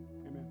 Amen